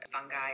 fungi